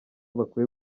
bakwiye